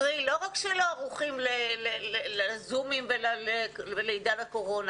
קרי: לא רק שלא ערוכים ללימוד דרך הזום ולעידן הקורונה